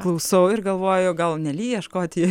klausau ir galvoju gal nelyja škotijoj